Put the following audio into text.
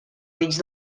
mig